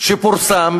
שפורסם